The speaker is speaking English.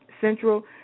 central